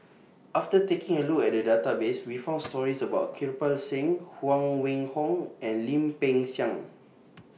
after taking A Look At The Database We found stories about Kirpal Singh Huang Wenhong and Lim Peng Siang